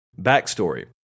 Backstory